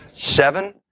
Seven